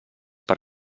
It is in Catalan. per